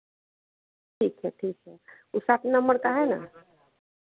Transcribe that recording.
ठीक है ठीक है वो सात नंबर का है ना